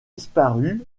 disparu